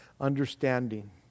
understanding